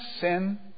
sin